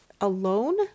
alone